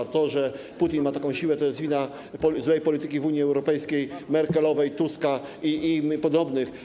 A to, że Putin ma taką siłę, to jest wina złej polityki Unii Europejskiej, Merkelowej, Tuska i im podobnych.